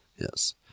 Yes